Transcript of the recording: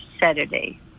Saturday